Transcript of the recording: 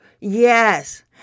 Yes